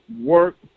Work